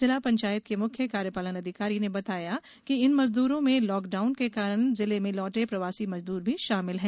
जिला पंचायत के मुख्य कार्यपालन अधिकारी ने बताया कि इन मजदूरो में लॉकडाउन के कारण जिले में लौटे प्रवासी मजदूर भी शामिल हैं